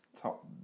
top